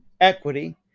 equity